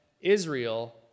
Israel